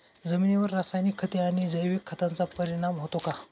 जमिनीवर रासायनिक खते आणि जैविक खतांचा परिणाम होतो का?